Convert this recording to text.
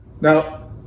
Now